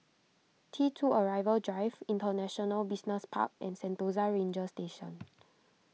T two Arrival Drive International Business Park and Sentosa Ranger Station